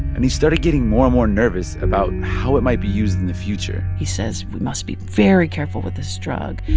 and he started getting more and more nervous about how it might be used in the future he says, we must be very careful with this drug.